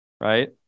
Right